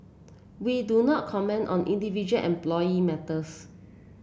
we do not comment on individual employee matters